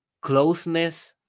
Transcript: closeness